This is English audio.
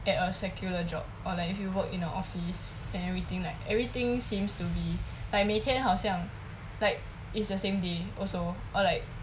at a secular job or like if you work in our office and everything like everything seems to be like 每天好像 like it's the same day also or like